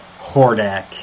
Hordak